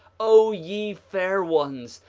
o ye fair ones,